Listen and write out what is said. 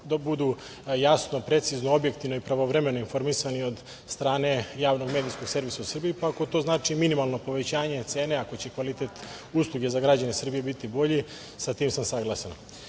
da budu jasno, precizno, objektivno i pravovremeno informisani od strane Javnog medijskog servisa u Srbiji, pa ako to znači minimalno povećanje cene ako će kvalitet usluga za građane Srbije biti bolji, sa tim sa saglasan. Svakako,